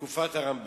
אחרי תקופת הרמב"ם.